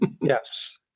Yes